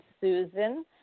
Susan